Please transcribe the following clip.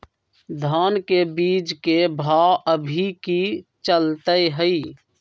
धान के बीज के भाव अभी की चलतई हई?